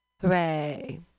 Hooray